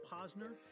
Posner